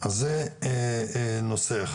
אז זה נושא אחד.